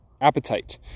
appetite